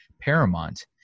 Paramount